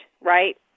Right